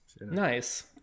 Nice